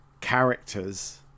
characters